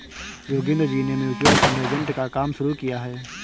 योगेंद्र जी ने mutual fund agent का काम शुरू किया है